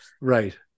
right